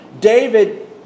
David